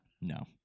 No